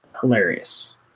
hilarious